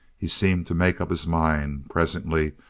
he seemed to make up his mind, presently,